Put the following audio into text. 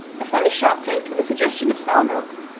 a fairly sharp taste with a suggestion of sour milk.